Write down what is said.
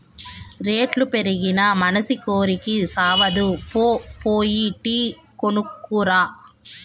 రేట్లు పెరిగినా మనసి కోరికి సావదుగా, పో పోయి టీ కొనుక్కు రా